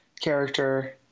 character